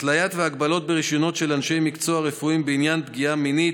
התליות והגבלות ברישיונות של אנשי מקצוע רפואיים בעניין פגיעה מינית,